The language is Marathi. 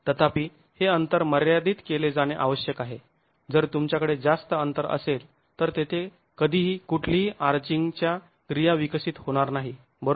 तथापि हे अंतर मर्यादित केले जाणे आवश्यक आहे जर तुमच्याकडे जास्त अंतर असेल तर तेथे कधीही कुठलीही आर्चिंगच्या क्रिया विकसित होणार नाही बरोबर